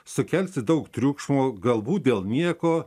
sukelsi daug triukšmo galbūt dėl nieko